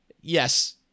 Yes